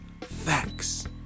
facts